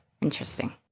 Interesting